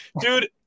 Dude